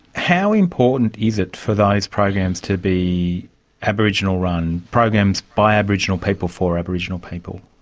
how important is it for those programs to be aboriginal-run, programs by aboriginal people for aboriginal people?